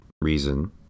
reason